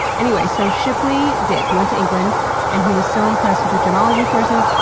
anyway, so shipley did. he went to england and he was so impressed with the gemology courses,